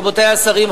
רבותי השרים,